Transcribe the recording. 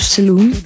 Saloon